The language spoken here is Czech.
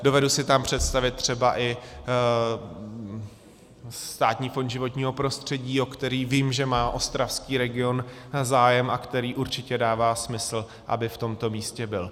Dovedu si tam představit třeba i Státní fond životního prostředí, o který vím, že má ostravský region zájem, a který určitě dává smysl, aby v tomto místě byl.